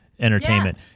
entertainment